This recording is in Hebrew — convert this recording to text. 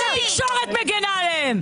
התקשורת מגנה עליהם.